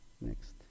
next